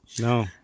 No